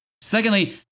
Secondly